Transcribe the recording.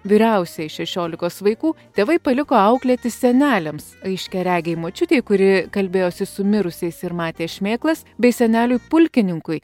vyriausia iš šešiolikos vaikų tėvai paliko auklėti seneliams aiškiaregiai močiutei kuri kalbėjosi su mirusiais ir matė šmėklas bei seneliui pulkininkui